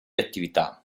attività